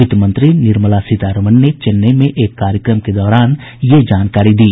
वित्त मंत्री निर्मला सीतारमन ने चेन्नई में एक कार्यक्रम के दौरान यह जानकारी दी